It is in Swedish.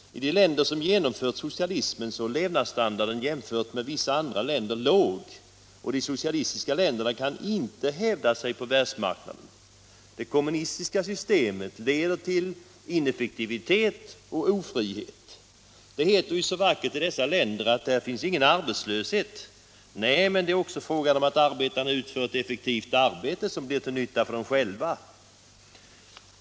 I de länder som genomfört socialismen är levnadsstandarden låg jämförd med standarden i vissa andra länder, och de socialistiska länderna kan inte hävda sig på världsmarknaden. Det kommunistiska systemet leder till ineffektivitet och ofrihet. Det heter ju så vackert i dessa länder att där finns ingen arbetslöshet. Nej, men det är också fråga om att arbetarna utför ett effektivt arbete som blir till nytta för dem själva.